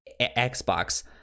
Xbox